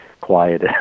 quiet